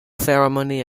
ceremony